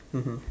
mmhmm